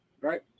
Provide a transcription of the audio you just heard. right